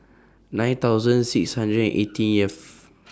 nine thousand six hundred eighteenth